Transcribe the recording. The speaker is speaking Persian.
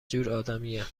جورآدمیه